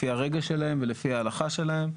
לפי הרגש שלהם ולפי ההלכה שלהם,